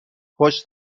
خوش